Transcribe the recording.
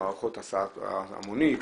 מערכות הסעה המונית,